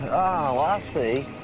oh, i see.